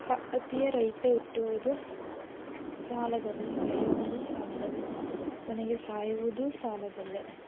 ಹ ಅತಿಯ ರೈತ ಹುಟ್ಟುವುದು ಸಾಲದಲ್ಲಿ ಬೆಳೆಯುವುದೂ ಸಾಲದಲ್ಲೇ ಕೊನೆಗೆ ಸಾಯುವುದೂ ಸಾಲದಲ್ಲೇ